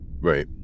right